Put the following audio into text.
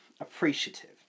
appreciative